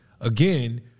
Again